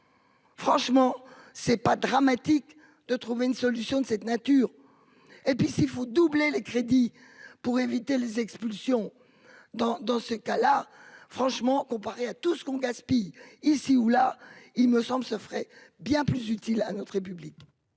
Franchement c'est pas dramatique de trouver une solution de cette nature. Et puis s'il faut doubler les crédits pour éviter les expulsions dans, dans ce cas-là franchement comparé à tout ce qu'on gaspille ici ou là, il me semble se ferait bien plus utile à notre République.